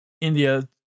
India